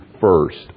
first